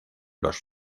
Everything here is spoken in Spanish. los